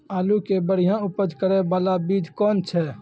आलू के बढ़िया उपज करे बाला बीज कौन छ?